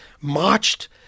marched